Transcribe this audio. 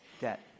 debt